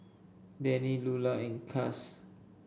Dannie Lular and Cass